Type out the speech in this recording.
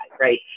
right